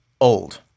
old